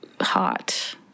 hot